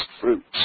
fruits